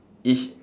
each